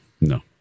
No